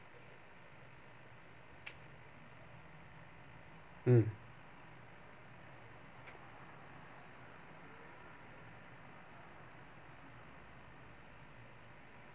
mm